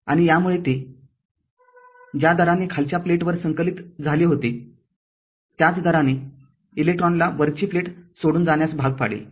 आणि यामुळे ते ज्या दराने खालच्या प्लेटवर संकलित झाले होते त्याच दराने इलेक्ट्रॉनला वरची प्लेट सोडून जाण्यास भाग पाडेल